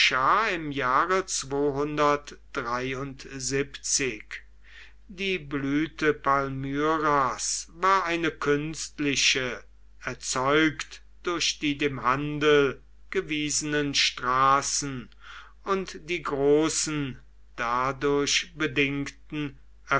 im jahre die blüte palmyras war eine künstliche erzeugt durch die dem handel gewiesenen straßen und die großen dadurch bedingten